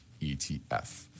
ETF